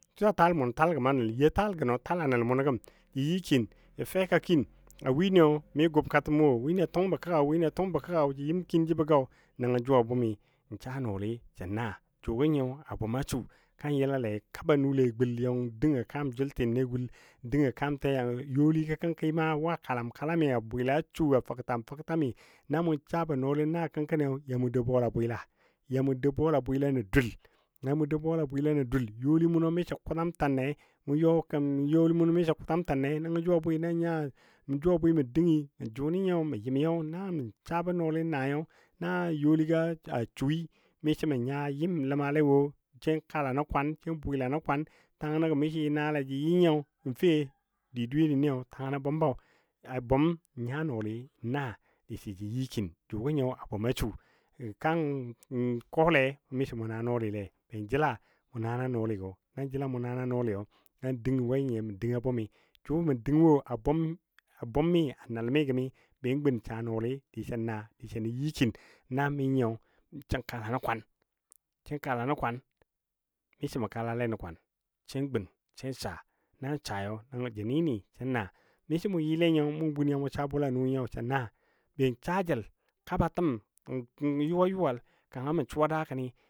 suta tal mʊno tal gəma nəl you tal gənɔ tal a nəl mʊnɔ gəm mi gʊkatəm wɔ wini tungbɔ kəga wʊnɨ a tungbɔ kəga jə yɨm kin jəbɔ gɔ nəngɔ jʊ a bʊmi saa nɔɔli sən naa jʊgɔ nyɨyo a bʊm a su ka yəlale kaba nule a gul mʊ dəngɔ kaam jəltɨnne a gul dəngɔ kaam tɛ yangyi youligɔ wo kalam kalammi a bwɨlam a su afəgtam fəgtami namʊ sabɔ nɔɔli naa kənkəni yamu dou bola bwɨla, yamu dou bola bwɨla nən dul youli munɔ misɔ kʊtam tənne jʊ bwɨ mə dəng mə jʊnɨ nyo mə yɨmi namə sabɔ nɔɔli nai na youli gɔ a sui misɔ mə nya ləma lewo sai kala nən kwan sai bwɨla nə kwan tangənɔ go misɔ jə nalai jə yɨ nyo fe? Di dweyeni tangənɔ bʊmbɔ, a bʊmnyo nya nɔɔli naa disə jə yɨ kiin, a jʊgɔ nyi a bʊm su kan kole mɔ misɔ mu naa nɔɔlile be jəla mʊ nana, nɔɔligɔ, nan jəla mu nana nɔɔli lan dəng na nyi mə dəng a bʊm nəl mi gəmi ben gun sa sɔn na sə nə yi kin na mi nyi sən kala nən kwan, misɔ mə ka lale nəkwan sai gun sai saa, nan saayo jə ni ni sən naa misə mʊ yɨle nyo mʊ gun ya mʊ saa bwala nəl nyo sən naa be saa jəl kaba təm yuwa yuwal kanga mə suwa daakəni